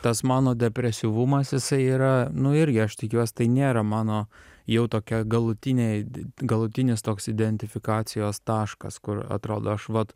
tas mano depresyvumas jisai yra nu irgi aš tikiuos tai nėra mano jau tokia galutinė d galutinis toks identifikacijos taškas kur atrodo aš vat